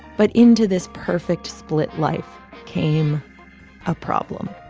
but into this perfect split life came a problem